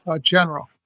general